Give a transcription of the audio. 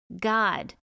God